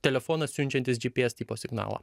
telefonas siunčiantis gps tipo signalą